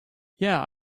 yeah